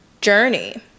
journey